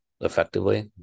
effectively